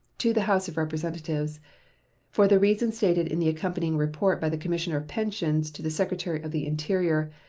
to the house of representatives for the reasons stated in the accompanying report by the commissioner of pensions to the secretary of the interior,